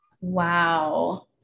Wow